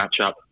matchup